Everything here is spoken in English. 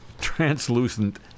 translucent